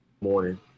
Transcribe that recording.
morning